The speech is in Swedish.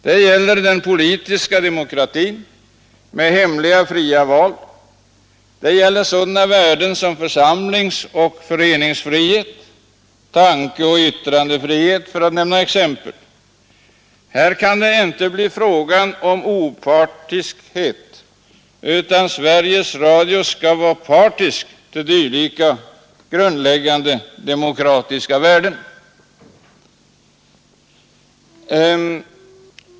Det gäller den politiska demokratin med hemliga fria val. Det gäller sådana värden som församlingsoch föreningsfrihet samt tankeoch yttrandefrihet, för att nämna några exempel. Här kan det inte bli fråga om opartiskhet, utan Sveriges Radio skall vara partisk till dylika grundläggande demokratiska värden.